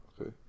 Okay